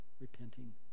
repenting